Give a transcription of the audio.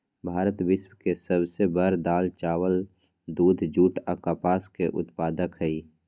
भारत विश्व के सब से बड़ दाल, चावल, दूध, जुट आ कपास के उत्पादक हई